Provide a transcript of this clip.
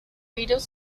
virus